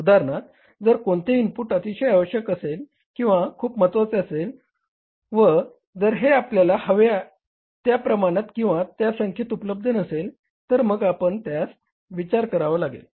उदाहरणार्थ जर कोणतेही इनपुट अतिशय आवश्यक असेल किंवा खूप महत्वाचे असेल व जर हे आपल्याला हवे त्या प्रमाणात किंवा त्या संख्येत उपलब्ध नसेल तर मग आपणास त्याबाबतीत विचार करावा लागेल